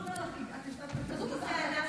אני לא עונה לך,